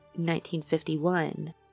1951